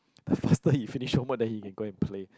the faster he finish homework then he can go and play